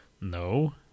No